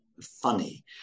funny